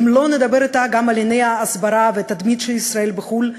אם לא נדבר אתה גם על ענייני ההסברה והתדמית של ישראל בחו"ל?